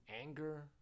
anger